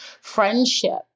friendship